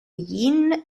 yin